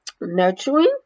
nurturing